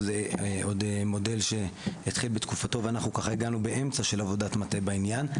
עוד מודל שהתחיל בתקופתו ואחנו ככה הגענו באמצע של עבודת מטה בעניין.